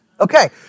Okay